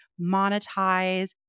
monetize